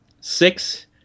six